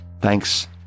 Thanks